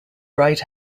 right